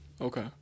okay